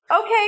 Okay